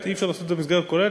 אי-אפשר לעשות את זה במסגרת כוללת,